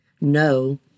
no